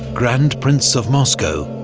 grand prince of moscow,